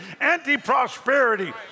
anti-prosperity